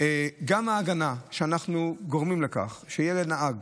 גם ההגנה הפיזית שאנחנו גורמים לכך שתהיה לנהג